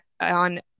on